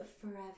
forever